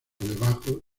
debajo